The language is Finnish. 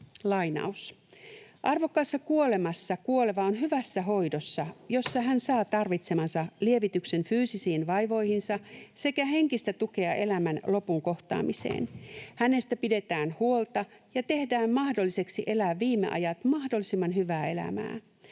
”Arvokkaassa kuolemassa kuoleva on hyvässä hoidossa, jossa hän saa tarvitsemansa lievityksen fyysisiin vaivoihinsa sekä henkistä tukea elämän lopun kohtaamiseen. Hänestä pidetään huolta ja tehdään mahdolliseksi elää viime ajat mahdollisimman hyvää elämää.